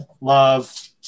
love